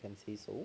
you can say so